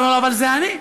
אתה אומר, אבל זה אני,